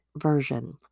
version